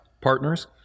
partners